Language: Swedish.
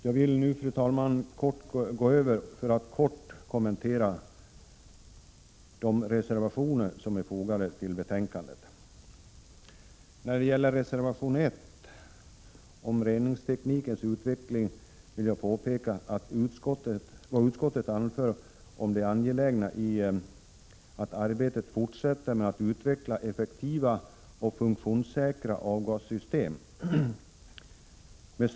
Därefter övergår jag till att kortfattat kommentera de reservationer som har fogats till betänkandet. När det gäller reservation 1 om reningsteknikens utveckling, vill jag påpeka vad utskottet anfört om det angelägna i att arbetet med att utveckla effektiva och funktionssäkra avgasreningssystem fortsätter.